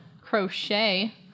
Crochet